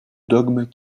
dogme